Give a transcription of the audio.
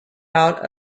out